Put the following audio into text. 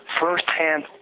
first-hand